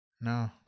No